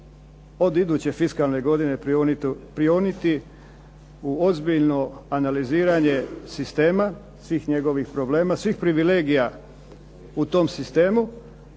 od iduće fiskalne godine prionuti u ozbiljno analiziranje sistema, svih njegovih problema, svih privilegija u tom sistemu